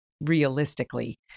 realistically